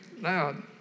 loud